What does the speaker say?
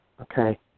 Okay